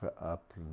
up